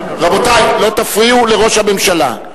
רבותי, לא תפריעו לראש הממשלה.